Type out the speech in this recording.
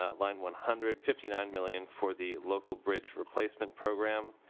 ah line one hundred fifty nine million for the local bridge replacement program.